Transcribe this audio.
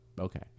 okay